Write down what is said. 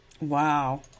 Wow